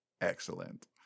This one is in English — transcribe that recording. Excellent